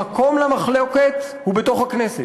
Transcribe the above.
המקום למחלוקת הוא בתוך הכנסת.